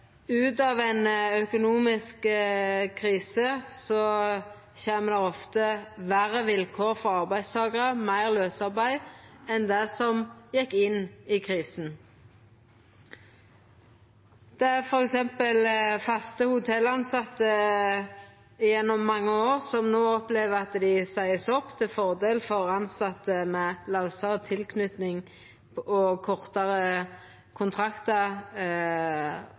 ut av ein økonomisk krise kjem det ofte verre vilkår for arbeidstakarar, meir lausarbeid enn då ein gjekk inn i krisen. Det er f.eks. fast hotelltilsette gjennom mange år som no opplever at dei vart oppsagde til fordel for tilsette med lausare tilknyting, kortare kontraktar og kortare